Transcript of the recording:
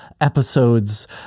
episodes